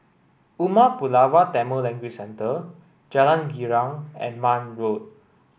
Umar Pulavar Tamil Language Centre Jalan Girang and Marne Road